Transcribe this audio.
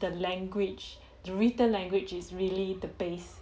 the language the written language is really the base